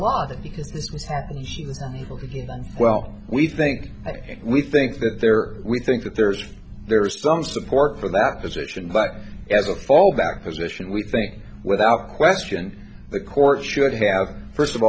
done well we think we think that there we think that there is there is some support for that position but as a fallback position we think without question the court should have first of